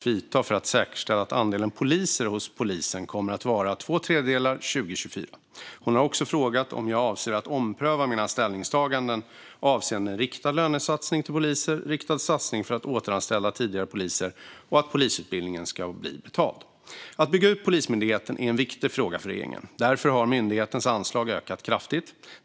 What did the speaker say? Fru talman! Louise Meijer har frågat mig vilka åtgärder jag avser att vidta för att säkerställa att andelen poliser hos polisen kommer att vara två tredjedelar 2024. Hon har också frågat om jag avser att ompröva mina ställningstaganden avseende riktad lönesatsning till poliser, riktad satsning för att återanställa tidigare poliser och att polisutbildningen ska bli betald. Att bygga ut Polismyndigheten är en viktig fråga för regeringen. Därför har myndighetens anslag ökat kraftigt.